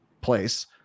place